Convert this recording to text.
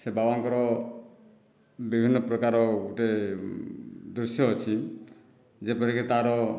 ସେ ବାବାଙ୍କର ବିଭିନ୍ନ ପ୍ରକାର ଗୋଟିଏ ଦୃଶ୍ୟ ଅଛି ଯେପରିକି ତା'ର